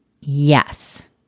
yes